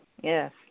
Yes